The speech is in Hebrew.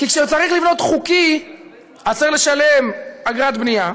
כי כשצריך לבנות חוקי אז צריך לשלם אגרת בנייה,